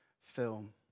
film